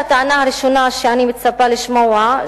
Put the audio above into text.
הטענה הראשונה שאני מצפה לשמוע היא,